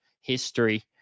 history